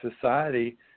society